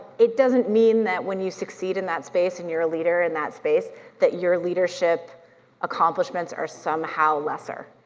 it doesn't mean that when you succeed in that space and you're a leader in that space that your leadership accomplishments are somehow lesser,